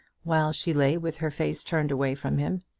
while she lay with her face turned away from him.